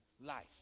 life